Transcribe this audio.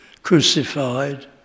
crucified